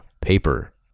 paper